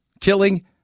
killing